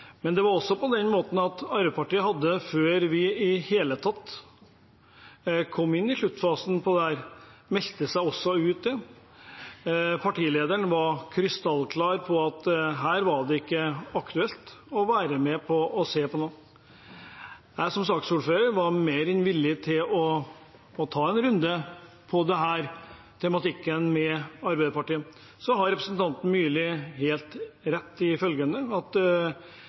men Arbeiderpartiet meldte seg også ut før vi i det hele tatt kom inn i sluttfasen av dette. Partilederen var krystallklar på at det her ikke var aktuelt å være med på å se på noe. Som saksordfører var jeg mer enn villig til å ta en runde på denne tematikken med Arbeiderpartiet. Så har representanten Myrli helt rett i følgende: